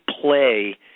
play